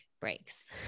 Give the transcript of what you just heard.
breaks